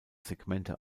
segmente